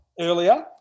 Earlier